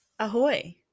Ahoy